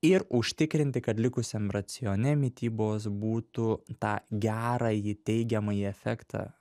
ir užtikrinti kad likusiam racione mitybos būtų tą gerąjį teigiamąjį efektą